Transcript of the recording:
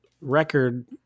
record